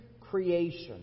creation